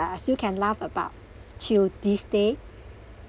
can still laugh about till these days